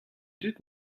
dud